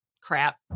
crap